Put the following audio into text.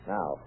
Now